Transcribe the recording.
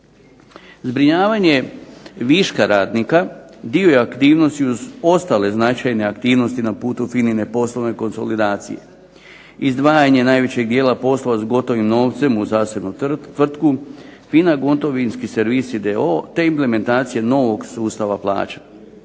Zbrinjavanje viška radnika dio ja aktivnosti uz ostale značajne aktivnosti na putu FINA-ine poslovne konsolidacije, izdvajanje najvećeg dijela poslova s gotovim novcem u zasebnu tvrtku FINA gotovinski servisi d.o.o. te implementacija novog sustava plaća.